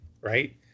right